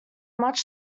much